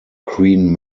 queen